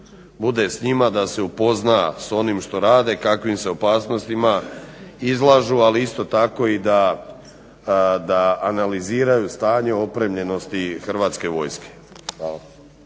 bude s njima, da se upozna s onim što rade, kakvim se opasnostima izlažu. Ali isto tako da analiziraju stanje opremljenosti Hrvatske vojske.